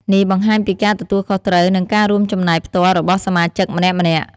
នេះបង្ហាញពីការទទួលខុសត្រូវ និងការរួមចំណែកផ្ទាល់របស់សមាជិកម្នាក់ៗ។